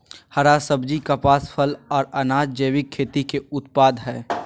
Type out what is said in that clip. हरा सब्जी, कपास, फल, आर अनाज़ जैविक खेती के उत्पाद हय